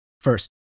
First